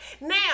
Now